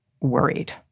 worried